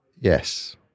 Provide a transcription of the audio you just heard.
Yes